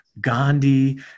Gandhi